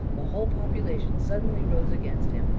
the whole population suddenly rose against him,